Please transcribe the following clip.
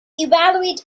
evaluate